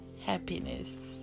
happiness